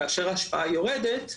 כאשר ההשפעה יורדת,